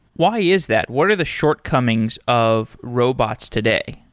why is that? what are the shortcomings of robots today?